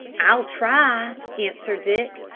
i'll try, answered dick.